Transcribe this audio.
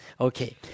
Okay